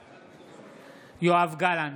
בעד יואב גלנט,